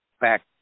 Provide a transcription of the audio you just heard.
back